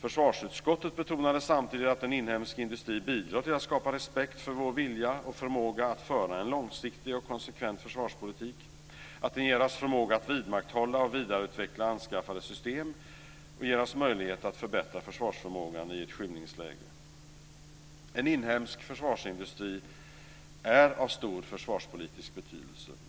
Försvarsutskottet betonade samtidigt att en inhemsk industri bidrar till att skapa respekt för vår vilja och förmåga att föra en långsiktig och konsekvent försvarspolitik, att den ger oss förmåga att vidmakthålla och vidareutveckla anskaffade system och ger oss möjlighet att förbättra försvarsförmågan i ett skymningsläge. En inhemsk försvarsindustri är av stor försvarspolitisk betydelse.